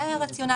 זה היה הרציונל.